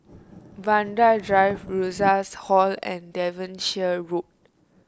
Vanda Drive Rosas Hall and Devonshire Road